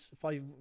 five